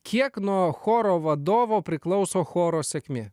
kiek nuo choro vadovo priklauso choro sėkmė